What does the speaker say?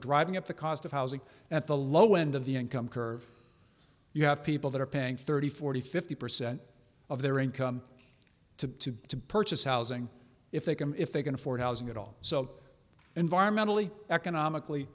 driving up the cost of housing at the low end of the income curve you have people that are paying thirty forty fifty percent of their income to purchase housing if they can if they can afford housing at all so environmentally economically